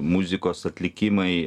muzikos atlikimai